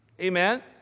Amen